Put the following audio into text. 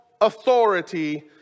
authority